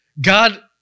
God